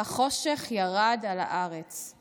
"החושך ירד על הארץ /